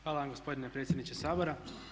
Hvala vam gospodine predsjedniče Sabora.